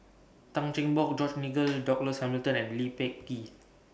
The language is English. Tan Cheng Bock George Nigel Douglas Hamilton and Lee Peh Gee